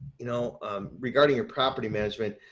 you know um regarding your property management,